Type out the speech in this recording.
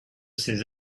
ces